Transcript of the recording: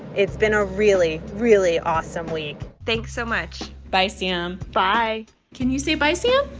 it's been a really, really awesome week thanks so much bye, sam bye can you say bye, sam?